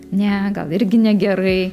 ne gal irgi negerai